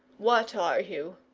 what are you?